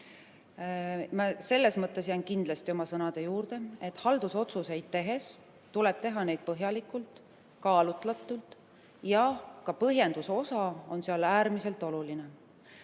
Selles mõttes jään kindlasti oma sõnade juurde, et haldusotsuseid tuleb teha põhjalikult ja kaalutletult, ning ka põhjenduse osa on seal äärmiselt oluline.